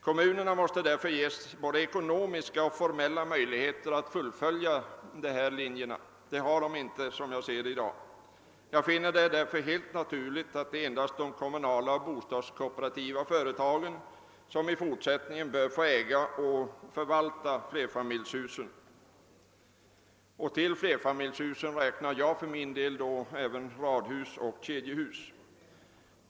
Därför måste kommunerna ges både ekonomiska och formella möjligheter att arbeta efter dessa linjer. Sådana möjligheter har de inte i dag. Jag finner det därför helt naturligt att det endast är de kommunala och bostadskooperativa företagen som i fortsättningen skall få äga och förvalta flerfamiljshusen, dit jag även räknar radoch kedjehus.